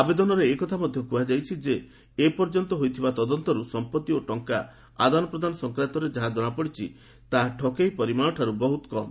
ଆବେଦନରେ ଏକଥା ମଧ୍ୟ କୁହାଯାଇଛି ଯେ ଏପର୍ଯ୍ୟନ୍ତ ହୋଇଥିବା ତଦନ୍ତରୁ ସମ୍ପଭି ଓ ଟଙ୍କା ଆଦାନ ପ୍ରଦାନ ସଂକ୍ରାନ୍ତରେ ଯାହା ଜଣାପଡ଼ିଛି ତାହା ଠକେଇ ପରିମାଣଠାରୁ ବହୁତ କମ୍